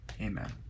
Amen